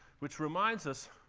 which reminds us,